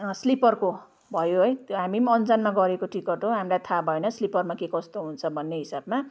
स्लिपरको भयो है त्यो हामी अन्जानमा गरेको टिकट हो हामीलाई थाहा भएन स्लिपरमा के कस्तो हुन्छ भन्ने हिसाबमा